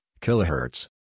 kilohertz